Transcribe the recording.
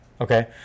Okay